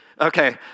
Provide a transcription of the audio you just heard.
Okay